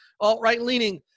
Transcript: alt-right-leaning